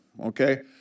Okay